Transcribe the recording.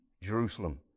Jerusalem